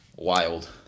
wild